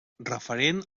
referent